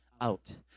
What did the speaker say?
out